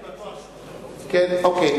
אני בטוח, אוקיי.